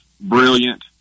Brilliant